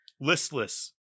listless